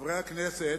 חברי הכנסת,